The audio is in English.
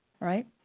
right